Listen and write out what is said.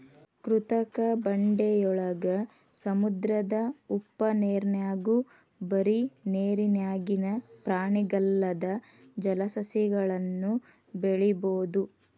ಕೃತಕ ಬಂಡೆಯೊಳಗ, ಸಮುದ್ರದ ಉಪ್ಪನೇರ್ನ್ಯಾಗು ಬರಿ ನೇರಿನ್ಯಾಗಿನ ಪ್ರಾಣಿಗಲ್ಲದ ಜಲಸಸಿಗಳನ್ನು ಬೆಳಿಬೊದು